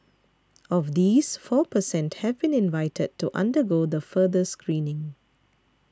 of these four per cent have been invited to undergo the further screening